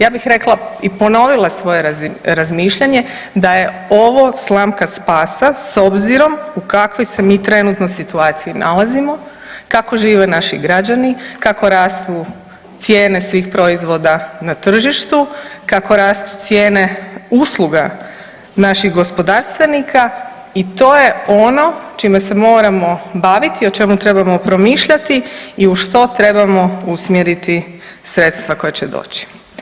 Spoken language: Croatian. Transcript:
Ja bih rekla i ponovila svoje razmišljanje da je ovo slamka spasa s obzirom u kakvoj se mi trenutno situaciji nalazimo, kako žive naši građani, kako rastu cijene svih proizvoda na tržištu, kako rastu cijene usluga naših gospodarstvenika i to je ono čime se moramo baviti i o čemu trebamo promišljati i u što trebamo usmjeriti sredstva koja će doći.